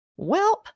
Welp